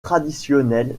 traditionnel